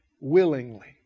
Willingly